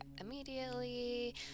immediately